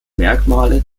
merkmale